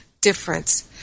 difference